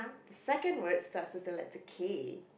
second word starts with the letter K